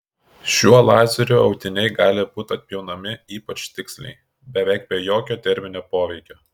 šiuo lazeriu audiniai gali būti atpjaunami ypač tiksliai beveik be jokio terminio poveikio